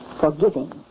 Forgiving